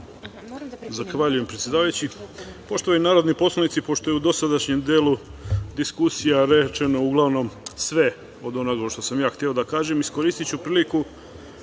Zahvaljujem, predsedavajući. Poštovani narodni poslanici, pošto je u dosadašnjem delu diskusija rečeno uglavnom sve od onoga što sam ja hteo da kažem, iskoristiću priliku